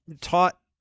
taught